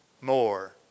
more